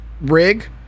rig